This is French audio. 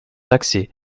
taxés